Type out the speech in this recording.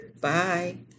bye